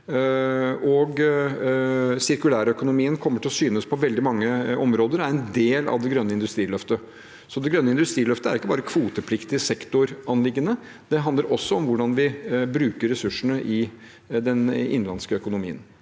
CO2. Sirkulærøkonomien kommer til å synes på veldig mange områder og er en del av det grønne industriløftet. Det grønne industriløftet er ikke bare kvotepliktig sektor-anliggende. Det handler også om hvordan vi bruker ressursene i den innenlandske økonomien.